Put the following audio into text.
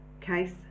case